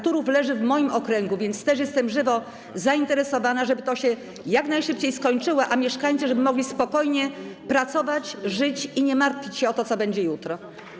Turów leży w moim okręgu, więc też jestem żywo zainteresowana, żeby to się jak najszybciej skończyło, żeby mieszkańcy mogli spokojnie pracować, żyć i nie martwić o to, co będzie jutro.